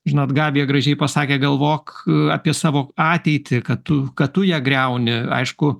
žinot gabija gražiai pasakė galvok apie savo ateitį kad tu kad tu ją griauni aišku